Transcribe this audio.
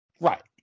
Right